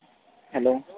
hello